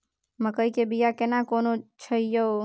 मकई के बिया केना कोन छै यो?